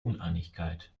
uneinigkeit